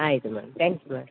ಆಯಿತು madam thanks madam